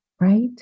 right